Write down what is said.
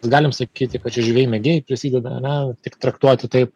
mes galim sakyti kad čia žvejai mėgėjai prisideda ana tik traktuoti taip